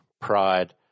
Pride